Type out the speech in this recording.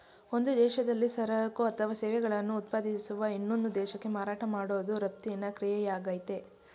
ಒಂದು ದೇಶದಲ್ಲಿ ಸರಕು ಅಥವಾ ಸೇವೆಗಳನ್ನು ಉತ್ಪಾದಿಸುವ ಇನ್ನೊಂದು ದೇಶಕ್ಕೆ ಮಾರಾಟ ಮಾಡೋದು ರಫ್ತಿನ ಕ್ರಿಯೆಯಾಗಯ್ತೆ